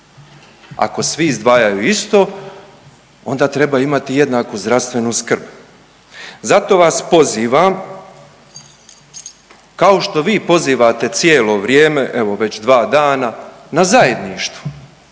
Ako svi izdvajaju isto onda treba imati jednaku zdravstvenu skrb. Zato vas pozivam kao što vi pozivate cijelo vrijeme evo već dva dana na zajedništvo,